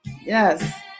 Yes